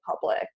public